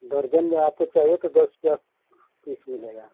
दर्जन में आपको चाहिए तो दस रुपया पीस मिलेगा